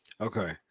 Okay